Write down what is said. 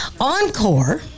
Encore